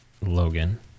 Logan